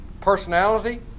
personality